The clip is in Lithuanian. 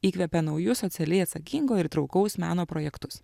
įkvepia naujus socialiai atsakingo ir įtraukaus meno projektus